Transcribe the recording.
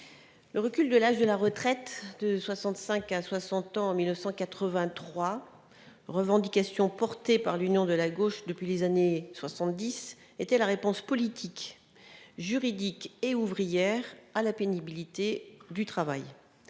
Le recul de l'âge légal de départ à la retraite de 65 à 60 ans en 1983, une revendication de l'union de la gauche depuis les années 1970, était la réponse politique, juridique et ouvrière à la pénibilité du travail.